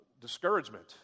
discouragement